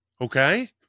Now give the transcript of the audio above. Okay